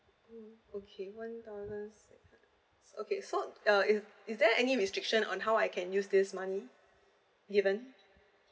mm okay one dollar okay so uh is is there any restriction on how I can use this money given